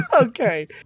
okay